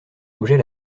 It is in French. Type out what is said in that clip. objet